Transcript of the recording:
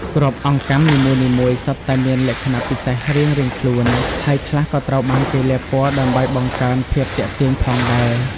គ្រាប់អង្កាំនីមួយៗសុទ្ធតែមានលក្ខណៈពិសេសរៀងៗខ្លួន ហើយខ្លះក៏ត្រូវបានគេលាបពណ៌ដើម្បីបង្កើនភាពទាក់ទាញផងដែរ។